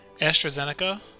AstraZeneca